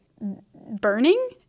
burning